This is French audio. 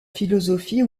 philosophie